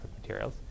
materials